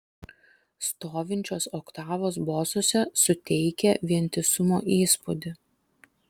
stovinčios oktavos bosuose suteikia vientisumo įspūdį